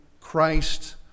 Christ